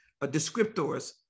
descriptors